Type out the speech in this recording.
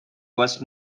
was